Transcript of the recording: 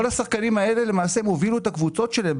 כל השחקנים האלה למעשה הובילו את הקבוצות שלהם.